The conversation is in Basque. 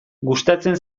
gustatzen